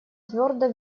твердо